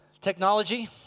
technology